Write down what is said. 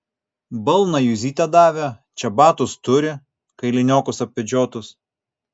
balną juzytė davė čebatus turi kailiniokus apvedžiotus